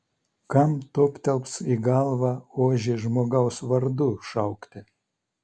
kam toptels į galvą ožį žmogaus vardu šaukti